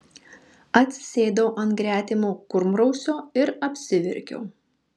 atsisėdau ant gretimo kurmrausio ir apsiverkiau